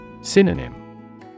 Synonym